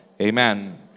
amen